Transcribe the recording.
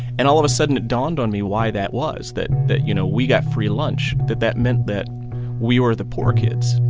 and all of a sudden, it dawned on me why that was that, you know, we got free lunch, that that meant that we were the poor kids,